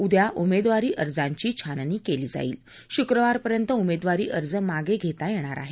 उद्या उमेदवारी अर्जांची छाननी केली जाईल शुक्रवारपर्यंत उमेदवारी अर्ज मागे घेता येणार आहेत